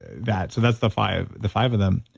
that's that's the five the five of them.